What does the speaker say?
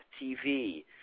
TV